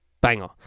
Banger